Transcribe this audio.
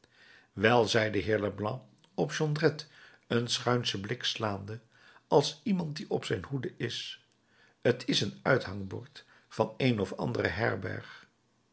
zei de heer leblanc op jondrette een schuinschen blik slaande als iemand die op zijn hoede is t is een uithangbord van een of andere herberg